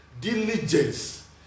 Diligence